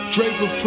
Draper